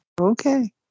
Okay